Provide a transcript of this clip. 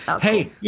Hey